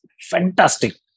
fantastic